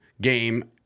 game